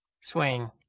swing